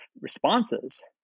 responses